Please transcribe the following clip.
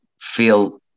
feel